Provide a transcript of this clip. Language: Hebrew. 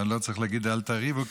אתה לא צריך להגיד "אל תריבו",